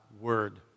word